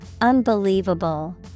Unbelievable